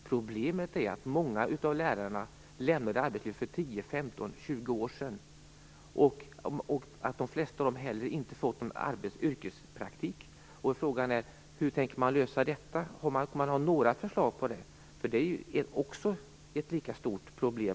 Problemet är att många av lärarna lämnade arbetslivet för 10, 15 eller 20 år sedan och att de flesta av dem heller inte har fått någon yrkespraktik. Hur tänker man lösa detta? Finns det några förslag där? Det senare är ju ett lika stort problem.